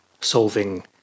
solving